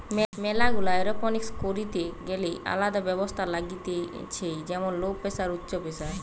ম্যালা গুলা এরওপনিক্স করিতে গ্যালে আলদা ব্যবস্থা লাগতিছে যেমন লো প্রেসার, উচ্চ প্রেসার